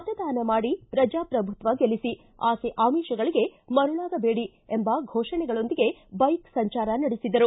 ಮತದಾನ ಮಾಡಿ ಪ್ರಜಾಪ್ರಭುತ್ವ ಗೆಲ್ಲಿಬಿ ಆಸೆ ಆಮಿಷಗಳಿಗೆ ಮರುಳಾಗಬೇಡಿ ಎಂಬ ಘೋಷಣೆಗಳೊಂದಿಗೆ ಬೈಕ್ ಸಂಚಾರ ನಡೆಸಿದರು